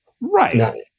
right